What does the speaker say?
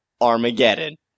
Armageddon